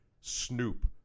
Snoop